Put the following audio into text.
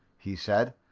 he said.